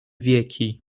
wieki